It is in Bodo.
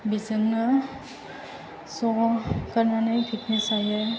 बेजोंनो ज' ओंखारनानै पिकनिक जायो